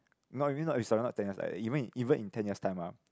no I mean not ten years like even in even in ten years time ah